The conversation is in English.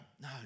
No